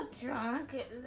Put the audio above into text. drunk